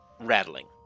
rattling